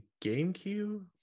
GameCube